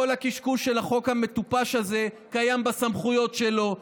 כל הקשקוש של החוק המטופש הזה קיים בסמכויות שלו,